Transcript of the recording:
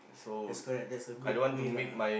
that's correct that's a good way lah